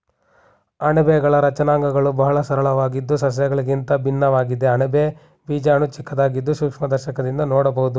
ಅಣಬೆಗಳ ರಚನಾಂಗಗಳು ಬಹಳ ಸರಳವಾಗಿದ್ದು ಸಸ್ಯಗಳಿಗಿಂತ ಭಿನ್ನವಾಗಿದೆ ಅಣಬೆ ಬೀಜಾಣು ಚಿಕ್ಕದಾಗಿದ್ದು ಸೂಕ್ಷ್ಮದರ್ಶಕದಿಂದ ನೋಡ್ಬೋದು